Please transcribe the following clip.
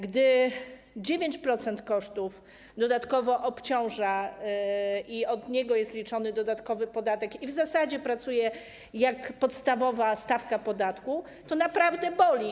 Gdy 9% kosztów stanowi dodatkowe obciążenie i od tego jest liczony dodatkowy podatek, i w zasadzie pracuje to jak podstawowa stawka podatku, to naprawdę boli.